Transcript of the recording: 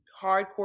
hardcore